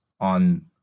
on